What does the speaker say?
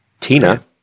Tina